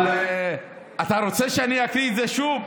אבל אתה רוצה שאני אקריא את זה שוב?